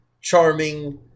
charming